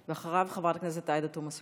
ואחריו, חברת הכנסת עאידה תומא סלימאן.